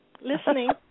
listening